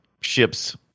ships